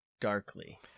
darkly